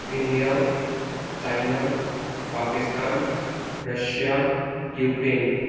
India China Pakistan Russia Ukraine